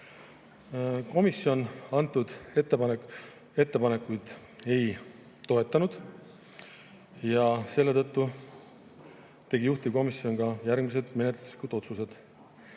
Komisjon antud ettepanekuid ei toetanud. Selle tõttu tegi juhtivkomisjon järgmised menetluslikud otsused.